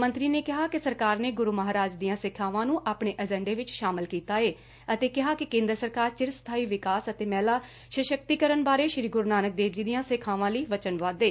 ਮੰਤਰੀ ਨੇ ਕਿਹਾ ਕਿ ਸਰਕਾਰ ਨੇ ਗੁਰੁ ਮਹਾਰਾਜ ਦੀਆਂ ਸਿੱਖਿਆਵਾਂ ਨੂੰ ਆਪਣੇ ਏਜੰਡੇ ਵਿਚ ਸ਼ਾਮਿਲ ਕੀਤਾ ਏ ਅਤੇ ਕਿਹਾ ਕਿ ਕੇਦਰ ਸਰਕਾਰ ਚਿਰਸਬਾਈ ਵਿਕਾਸ ਅਤੇ ਮਹਿਲਾ ਸਸਕਤੀਕਰਨ ਬਾਰੇ ਸ੍ਰੀ ਗੁਰੂ ਨਾਨਕ ਦੇਵ ਜੀ ਦੀਆਂ ਸਿੱਖਿਆਵਾਂ ਲਈ ਵਚਨਬੱਧ ਏ